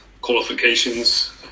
qualifications